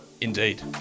indeed